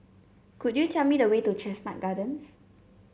could you tell me the way to Chestnut Gardens